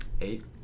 Eight